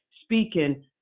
speaking